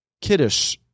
Kiddush